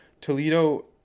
Toledo